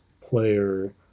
player